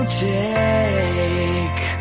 take